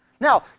Now